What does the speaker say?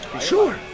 Sure